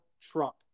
Trump